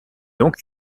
donc